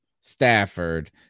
Stafford